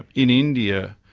in india,